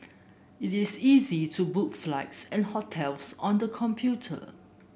it is easy to book flights and hotels on the computer